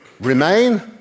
Remain